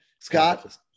Scott